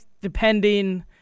depending